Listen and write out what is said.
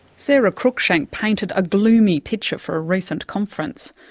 sarah cruickshank painted a gloomy picture for a recent conference.